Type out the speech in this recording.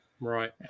right